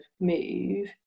move